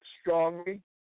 strongly